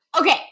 Okay